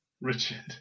Richard